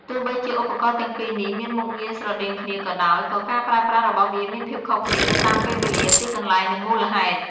ទោះបីជាឧបករណ៍ទាំងពីរនេះមានមុខងារស្រដៀងគ្នាក៏ដោយ ក៏ការប្រើប្រាស់របស់វាមានភាពខុសគ្នាទៅតាមពេលវេលា ទីកន្លែង និងមូលហេតុ។